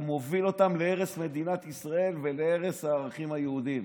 אתה מוביל אותם להרס מדינת ישראל ולהרס הערכים היהודיים.